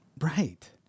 right